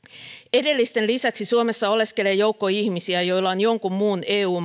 edellisten lisäksi suomessa oleskelee joukko ihmisiä joilla on jonkun muun eu